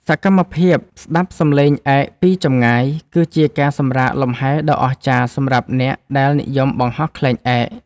សកម្មភាពស្ដាប់សំឡេងឯកពីចម្ងាយ គឺជាការសម្រាកលម្ហែដ៏អស្ចារ្យសម្រាប់អ្នកដែលនិយមបង្ហោះខ្លែងឯក។